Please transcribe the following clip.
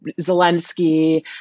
Zelensky